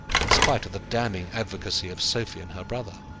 in spite of the damning advocacy of sophie and her brother